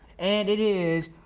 and it is,